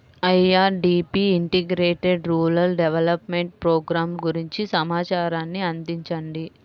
IRDP integrated rural development programme గురించి సమాచారాన్ని అందించండి?